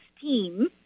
team